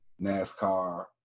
NASCAR